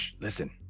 listen